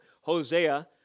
Hosea